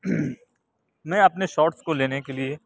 میں اپنے شاٹس کو لینے کے لیے